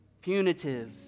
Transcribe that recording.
Punitive